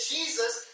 Jesus